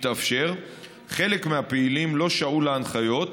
חלק מהפעילים לא שעו להנחיות,